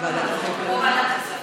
ועדת הכספים.